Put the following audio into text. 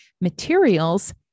materials